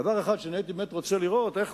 דבר אחד שהייתי רוצה לראות הוא איך